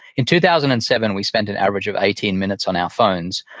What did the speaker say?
in two thousand and seven, we spent an average of eighteen minutes on our phones,